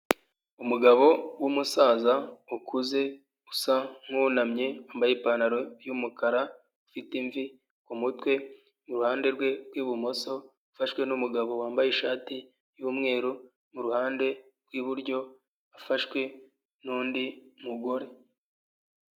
Umugabo w'umusaza ukuze usa n'uwunamye wambaye ipantaro y'umukara afite imvi kumutwe iruhande rwe rw'ibumoso ufashwe n'umugabo wambaye ishati y'umweru muruhande rw'iburyo afashwe n'undi mugore.